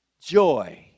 joy